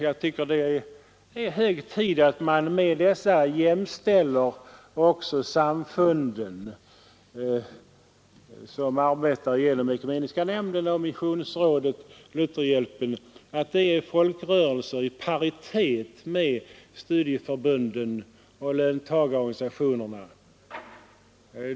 Jag tycker det är hög tid att man med dessa organisationer jämställer samfunden som arbetar genom Ekumeniska nämnden, Missionsrådet och Lutherhjälpen, så att det slås fast att de är folkrörelser i paritet med studieförbunden och löntagarorganisationerna.